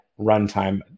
runtime